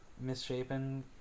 misshapen